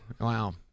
wow